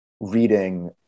reading